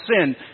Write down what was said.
sin